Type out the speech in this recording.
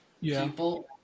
People